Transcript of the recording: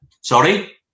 Sorry